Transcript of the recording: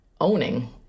owning